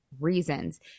reasons